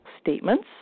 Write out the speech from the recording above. statements